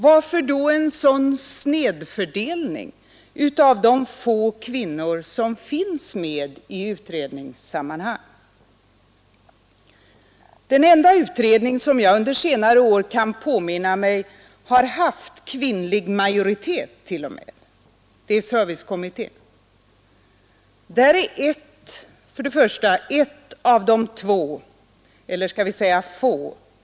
Varför då en sådan snedfördelning av de få kvinnor som finns med i utredningssammanhang? Den enda utredning som jag under senare år kan påminna mig har haft kvinnlig majoritet t.o.m. är servicekommittén. Där är för det första ett av de två — eller skall vi säga få?